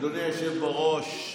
אדוני היושב-ראש,